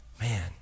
Man